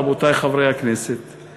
רבותי חברי הכנסת,